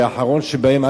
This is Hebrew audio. והאחרון שבהם,